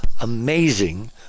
amazing